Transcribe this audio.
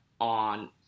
on